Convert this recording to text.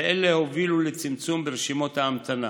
ואלה הובילו לצמצום ברשימות ההמתנה,